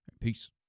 Peace